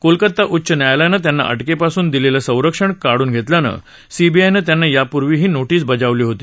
कोलकाता उच्च न्यायालयानं त्यांना अटकेपासून दिलेलं संरक्षण काढून घेतल्यानं सीबीआयनं त्यांना यापूर्वीही नोटीस बजावली होती